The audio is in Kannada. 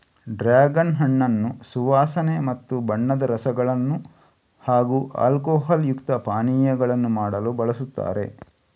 ಡ್ರಾಗನ್ ಹಣ್ಣನ್ನು ಸುವಾಸನೆ ಮತ್ತು ಬಣ್ಣದ ರಸಗಳನ್ನು ಹಾಗೂ ಆಲ್ಕೋಹಾಲ್ ಯುಕ್ತ ಪಾನೀಯಗಳನ್ನು ಮಾಡಲು ಬಳಸುತ್ತಾರೆ